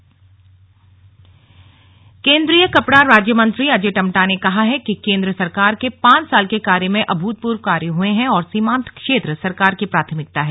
slug अजट टम्टा केन्द्रीय कपड़ा राज्य मंत्री अजय टम्टा ने कहा है कि केन्द्र सरकार के पांच साल के कार्य में अभूतपूर्व कार्य हुए हैं और सीमांत क्षेत्र सरकार की प्राथमिकता है